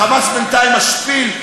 ה"חמאס" בינתיים משפיל,